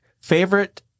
Favorite